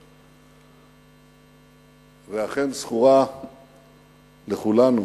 ואכן, זכורה לכולנו